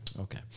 Okay